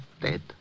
dead